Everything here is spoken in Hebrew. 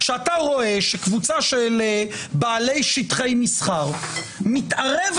אתה רואה שקבוצה של בעלי שטחי מסחר מתערבת